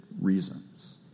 reasons